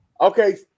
Okay